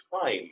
time